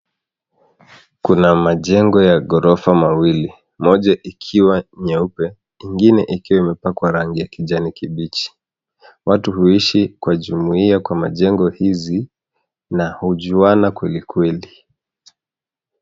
Kuna majengo ya ghorofa mawili. Moja ikiwa nyeupe, ingine imepakwa rangi ya kijani kibichi. Watu huishi kwa jumuia katika majengo haya na hujuana kweli kweli.